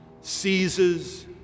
seizes